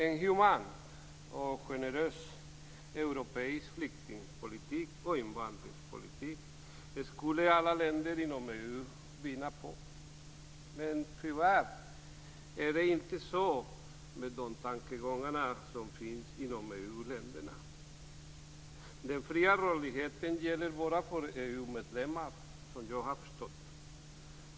En human och generös europeisk flykting och invandringspolitik skulle alla länder inom EU vinna på. Men tyvärr är det inte de tankegångarna som finns inom EU-länderna. Den fria rörligheten gäller bara för EU-medborgare, vad jag har förstått.